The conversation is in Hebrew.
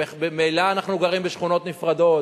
ממילא אנחנו גרים בשכונות נפרדות,